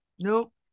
Nope